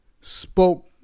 spoke